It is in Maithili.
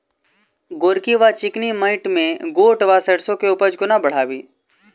गोरकी वा चिकनी मैंट मे गोट वा सैरसो केँ उपज कोना बढ़ाबी?